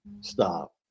Stop